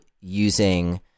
using